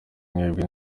mwebwe